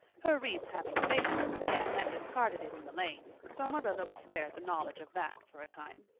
her wreath having faded, anne had discarded it in the lane, so marilla was spared the knowledge of that for a time.